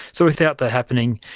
so without that happening,